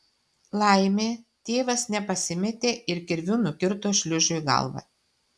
laimė tėvas nepasimetė ir kirviu nukirto šliužui galvą